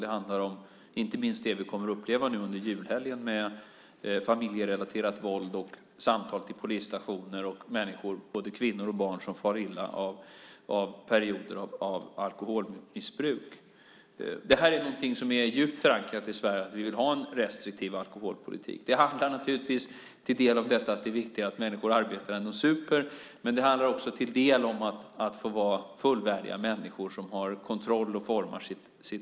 Det handlar inte minst om det vi kommer att uppleva nu under julhelgen med familjerelaterat våld, samtal till polisstationer och människor, både kvinnor och barn, som far illa av perioder av alkoholmissbruk. Det här är någonting som är djupt förankrat i Sverige, att vi vill ha en restriktiv alkoholpolitik. Det handlar naturligtvis till en del om detta att det är viktigare att människor arbetar än super, men det handlar också till en del om att människor ska få vara fullvärdiga människor som har kontroll och formar sina liv.